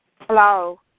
Hello